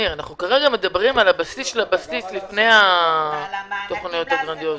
אנחנו מדברים על הבסיס לפני התכניות הגרנדיוזיות.